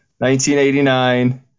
1989